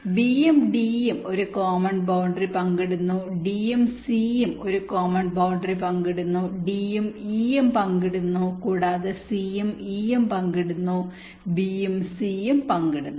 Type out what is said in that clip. B യും D യും ഒരു കോമൺ ബൌണ്ടറി പങ്കിടുന്നു D യും C യും ഒരു അതിർത്തി പങ്കിടുന്നു D യും E യും പങ്കിടുന്നു കൂടാതെ C യും E യും പങ്കിടുന്നു B യും C യും പങ്കിടുന്നു